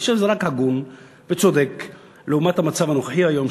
אני חושב שזה רק הגון וצודק לעומת המצב הנוכחי היום